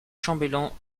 chambellan